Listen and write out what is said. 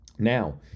Now